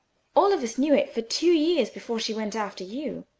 all of us knew it for two years before she went after you.